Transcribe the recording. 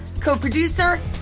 co-producer